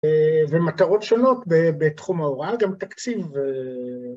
אההה... ומטרות שונות בתחום ההוראה, גם תקציב. אהה..